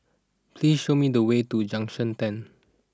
please show me the way to Junction ten